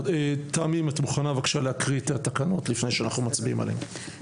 תמי אם את מוכנה בבקשה להקריא את התקנות לפני שאנחנו מצביעים עליהם.